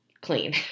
clean